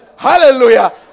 Hallelujah